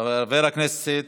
חבר הכנסת